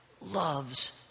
loves